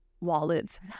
wallets